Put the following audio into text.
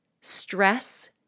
stress